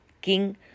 king